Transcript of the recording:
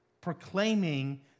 proclaiming